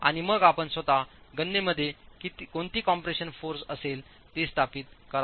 आणि मग आपण स्वत गणनेमध्ये कोणती कॉम्प्रेशन फोर्स असेल ते स्थापित करा